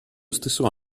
stesso